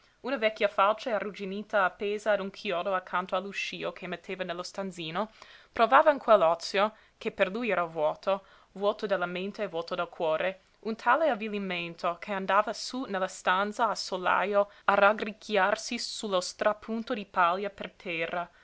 una vecchia falce arrugginita appesa a un chiodo accanto all'uscio che metteva nello stanzino provava in quell'ozio che per lui era vuoto vuoto della mente e vuoto del cuore un tale avvilimento che andava sú nella stanza a solajo a raggricchiarsi sullo strapunto di paglia per terra